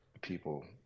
people